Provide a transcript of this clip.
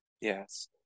Yes